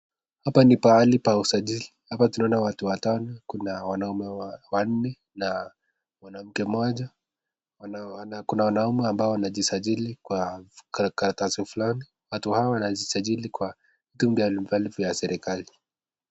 Hapa ni mahali pa usajili, hapa tunaona watu watano, kuna wanaume wanne na mwanamke moja, kuna wanaume ambao wanajisajili kwa karataasi fulani, watu hao wanajisajili kwa vitu mbali mbali za serikali.